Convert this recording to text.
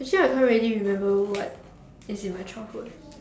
actually I can't really remember what is in my childhood